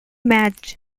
match